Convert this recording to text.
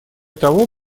того